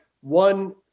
one